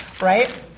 right